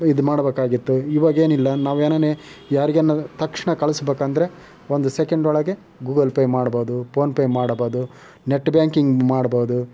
ಇದು ಮಾಡ್ಬೇಕಾಗಿತ್ತು ಇವಾಗೇನಿಲ್ಲ ನಾವು ಏನಾರು ಯಾರಿಗೇನಾರು ತತ್ಕ್ಷಣ ಕಳಿಸ್ಬೇಕೆಂದ್ರೆ ಒಂದು ಸೆಕೆಂಡೊಳಗೆ ಗೂಗಲ್ ಪೇ ಮಾಡ್ಬೋದು ಪೋನ್ ಪೇ ಮಾಡಬೋದು ನೆಟ್ ಬ್ಯಾಂಕಿಂಗ್ ಮಾಡ್ಬೋದು